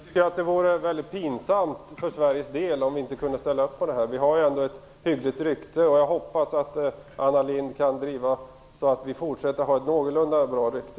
Herr talman! Jag tycker att det vore mycket pinsamt för Sveriges del om vi inte kunde ställa upp på det här förslaget. Vi har ändå ett hyggligt rykte. Jag hoppas att Anna Lindh kan driva frågan så att Sverige kan fortsätta att ha ett någorlunda gott rykte.